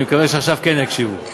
אני מקווה שעכשיו כן יקשיבו לי.